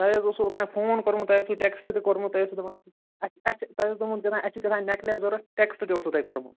تۄہہِ حظ اوسوٕ اوٚتام فون کوٚرمُت تۄہہِ اوسُو ٹیکٕسٹہٕ تہِ کوٚرمُت تُہۍ ٲسِو دپان اَسہِ اَسہِ چھِ تۄہہِ اوسوٕ دوٚپمُت کیٛاہتام اَسہِ چھِ کیٛاہتام نیٚکلیس ضروٗرت ٹیکٕسٹہٕ تہِ اوسوٕ تۄہہِ کوٚرمُت